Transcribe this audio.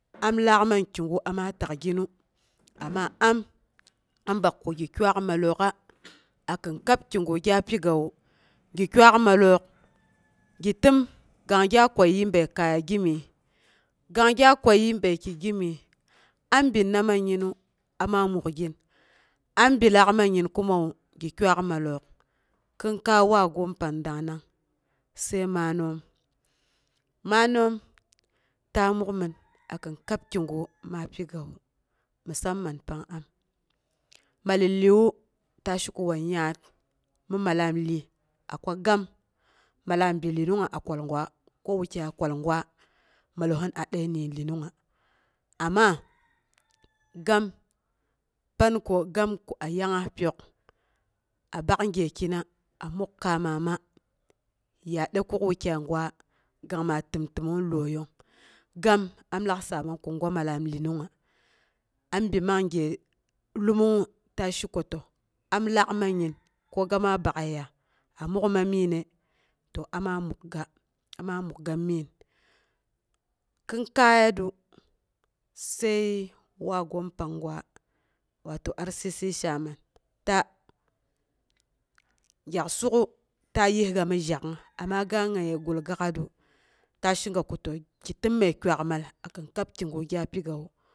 Am lak manki ko ama takginu, amma am, am bak ko gi kuak mallook a kin kab kigu gya pigawu gi kuak mallook. gi təm kang gya kwayii bəi kaya gimyes. Kang gya kwayii bəiki gimyes. Am binna man ginnu amaa mukgin, am bi laak mangin kumawu, gi kuak mallook. Kinkai waagoom pang dangnang, sai maanoom, maannoom, ta murkmim a kin kab kigu ma pikang musamman pang am, mallet iyema ta she konan yaat mi mallaam iye? A kwa gam mallam bi iyenongnga a kwagu ko wukayi kwagwaa mallisin a dəi yilginnuggangaa. Amma gam, pan ko gam, ko a yangnga pyok a bakgyeki a mur kaamamma ya dəi kuk wukyugwa kang ma təmtəmmong iyoiyong. Gam am lak saamang ko gwa mallam lyenongnga. Am bi man'gye lomongngu ta sheako to am laak mangin ko gama bakyəiya a muk'uma miinə? To ama mukta miin, kinkai yatru sai waagoom panggwa watan rcc chairman, ta, gyak suk'a ta yisga mi zhak'ung amma ga ngaye gul gak'atru, ta she ko tau gi təm məi kuakmal a kin kab kigu gya pigawu.